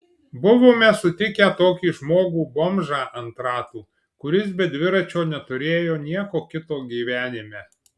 buvome sutikę tokį žmogų bomžą ant ratų kuris be dviračio neturėjo nieko kito gyvenime